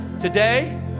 today